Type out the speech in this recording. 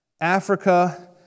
Africa